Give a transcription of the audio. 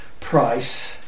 price